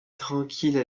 tranquille